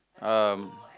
um